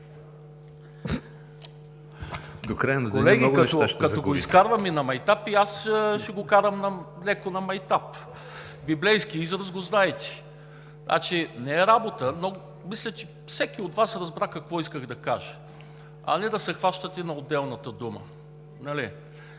Колеги, като го изкарваме на майтап и аз ще го карам леко на майтап, библейският израз го знаете. Не е работа, но мисля, че всеки от Вас разбра какво исках да кажа, а не да се хващате за отделната дума.